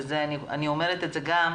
אני אומרת את זה גם,